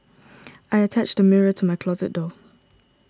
I attached a mirror to my closet door